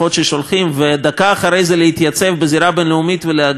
ודקה אחרי זה להתייצב בזירה הבין-לאומית ולהגיד: לעם הזה